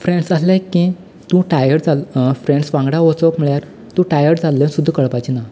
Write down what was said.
friends आसलें की तूं टायर्ड जाल्ले फ्रेंडस वांगडा वचप म्हळ्यार तूं टायर्ड जाल्ले सुद्दां कळपाचे ना